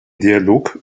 dialog